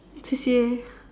C_C_A